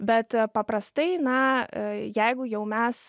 bet paprastai na jeigu jau mes